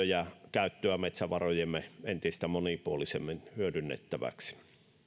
ja käyttöä metsävarojamme entistä monipuolisemmin hyödynnettäväksi